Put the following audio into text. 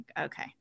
okay